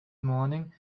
morning